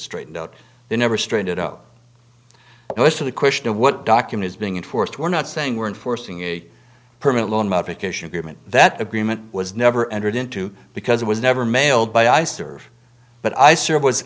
straightened out they never strained it up most of the question of what documents being enforced we're not saying we're enforcing a permanent loan modification agreement that agreement was never entered into because it was never mailed by i serve but i serve was